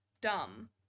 dumb